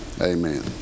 amen